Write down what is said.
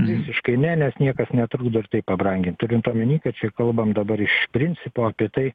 visiškai ne nes niekas netrukdo ir taip pabrangint turint omeny kad čia kalbam dabar iš principo apie tai